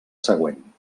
següent